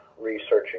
researching